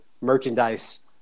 merchandise